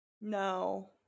no